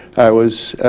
i was